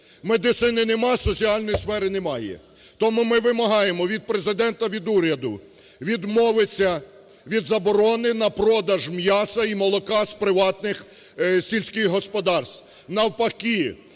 Медицини нема. Соціальної сфери немає. Тому ми вимагаємо від Президента, від уряду відмовиться від заборони на продаж м'яса і молока з приватних сільських господарств. Навпаки,